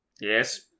Yes